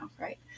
right